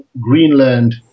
Greenland